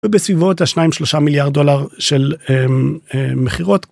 בסביבו את השניים שלושה מיליארד דולר של מכירות.